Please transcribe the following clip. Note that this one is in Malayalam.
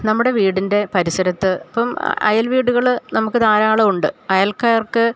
നമ്മുടെ വീടിൻ്റെ പരിസരത്ത് ഇപ്പം അയൽ വീടുകള് നമുക്ക് ധാരാളം ഉണ്ട് അയൽക്കാർക്ക്